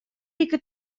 wike